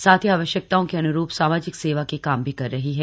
साथ ही आवश्यकताओं के अन्रूप सामाजिक सेवा के काम भी कर रही है